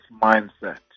mindset